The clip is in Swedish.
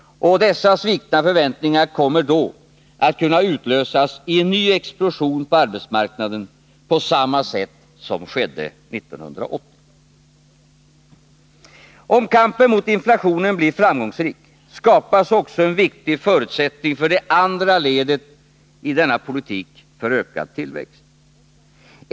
Och dessa svikna förväntningar kommer då att kunna utlösas i en ny explosion på arbetsmarknaden på samma sätt som skedde 1980. Om kampen mot inflationen blir framgångsrik skapas också en viktig förutsättning för det andra ledet i denna politik för ökad tillväxt.